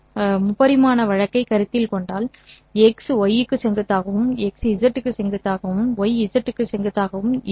நீங்கள் முப்பரிமாண வழக்கைக் கருத்தில் கொண்டால் 'x y' க்கு செங்குத்தாகவும் 'x z' க்கு செங்குத்தாகவும் y'z க்கு செங்குத்தாகவும் இருக்கும்